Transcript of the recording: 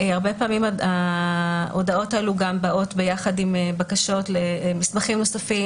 הרבה פעמים ההודעות האלה באות יחד עם בקשות למסמכים נוספים,